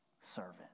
servant